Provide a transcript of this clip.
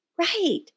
Right